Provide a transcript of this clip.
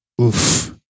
Oof